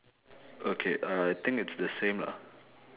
okay I think it's the same lah